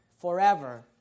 forever